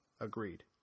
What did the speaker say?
agreed